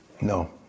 No